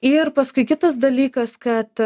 ir paskui kitas dalykas kad